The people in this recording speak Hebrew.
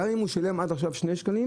גם אם הוא שילם עד עכשיו רק שני שקלים,